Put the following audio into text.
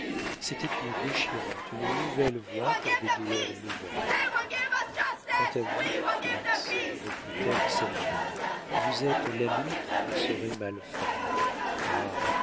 c'était une déchirante une nouvelle voix pour des douleurs nouvelles quant à vous félix reprit-elle en s'animant vous êtes l'ami qui ne saurait mal faire ah